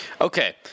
Okay